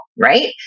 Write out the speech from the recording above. right